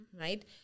right